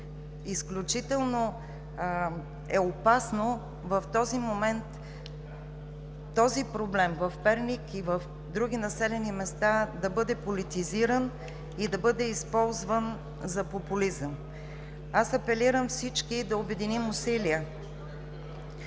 Изключително е опасно в този момент проблемът в Перник и в други населени места да бъде политизиран и използван за популизъм. Аз апелирам всички да обединим усилия